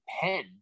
pen